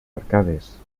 arcades